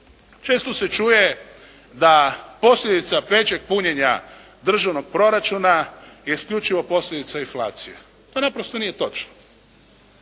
Često se čuje da posljedica većeg punjenja državnog proračuna je isključivo posljedica inflacije. To naprosto nije točno.